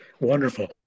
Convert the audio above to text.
Wonderful